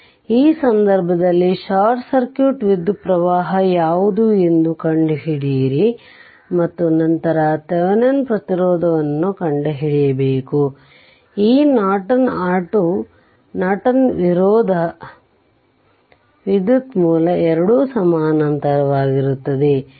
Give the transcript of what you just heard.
ಆದ್ದರಿಂದ ಈ ಸಂದರ್ಭದಲ್ಲಿ ಶಾರ್ಟ್ ಸರ್ಕ್ಯೂಟ್ ವಿದ್ಯುತ್ ಪ್ರವಾಹ ಯಾವುದು ಎಂದು ಕಂಡುಹಿಡಿಯಿರಿ ಮತ್ತು ನಂತರ ಥೆವೆನಿನ್ ಪ್ರತಿರೋಧವನ್ನು ಕಂಡುಹಿಡಿಯಬೇಕು ಮತ್ತು ಈ ನಾರ್ಟನ್ R2 ನಾರ್ಟನ್ ಪ್ರತಿರೋಧ ವಿದ್ಯುತ್ ಮೂಲ ಎರಡೂ ಸಮಾನಾಂತರವಾಗಿರುತ್ತದೆ